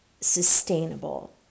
sustainable